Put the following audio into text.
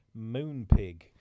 Moonpig